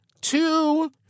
two